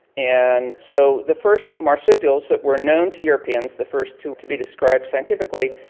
and so the first marsupials that were known to europeans, the first two to be described scientifically,